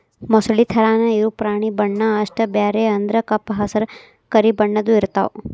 ಮೊಸಳಿ ತರಾನ ಇರು ಪ್ರಾಣಿ ಬಣ್ಣಾ ಅಷ್ಟ ಬ್ಯಾರೆ ಅಂದ್ರ ಕಪ್ಪ ಹಸರ, ಕರಿ ಬಣ್ಣದ್ದು ಇರತಾವ